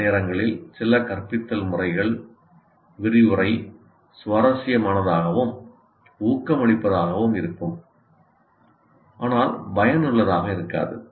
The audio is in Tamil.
சில நேரங்களில் சில கற்பித்தல் முறைகள் விரிவுரை சுவாரஸ்யமானதாகவும் ஊக்கமளிப்பதாகவும் இருக்கும் ஆனால் பயனுள்ளதாக இருக்காது